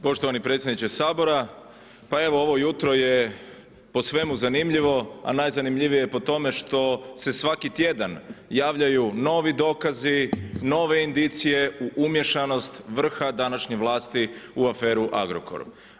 Poštovani predsjedniče Sabora, pa evo ovo jutro je po svemu zanimljivo a najzanimljivije je po tome što se svaki tjedan javljaju novi dokazi, nove indicije u umiješanost vrha današnje vlasti u aferu Agrokor.